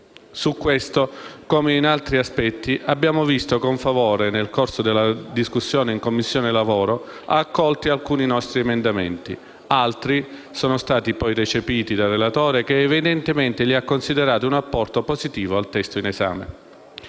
Su questo, come in molti altri aspetti, abbiamo visto con favore, nel corso della discussione in Commissione lavoro, accolti alcuni nostri emendamenti. Altri sono stati poi recepiti dal relatore, che li ha evidentemente considerati un apporto positivo al testo in esame.